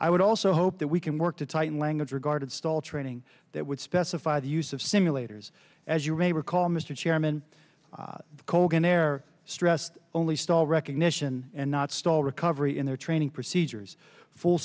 i would also hope that we can work to tighten language regarded stall training that would specify the use of simulators as you may recall mr chairman colgan air stressed only stall recognition and not stall recovery in their training procedures full